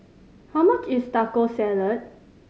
how much is Taco Salad